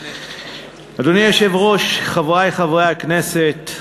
אדוני היושב-ראש, חברי חברי הכנסת,